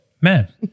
Man